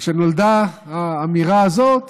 וכשנולדה האמירה הזאת